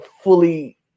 fully